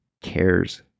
cares